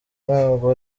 ntabwo